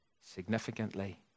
significantly